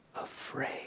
afraid